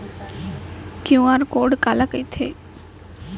QR code काला कहिथे?